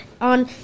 on